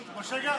משה גפני,